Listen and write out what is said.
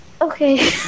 okay